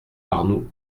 arnoux